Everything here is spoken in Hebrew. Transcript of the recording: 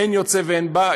אין יוצא ואין בא,